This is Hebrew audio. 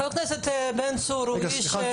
חבר הכנסת בן צור הוא איש מכובד.